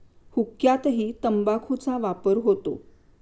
हुक्क्यातही तंबाखूचा वापर होतो